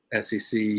SEC